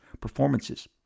performances